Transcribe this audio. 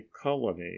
colony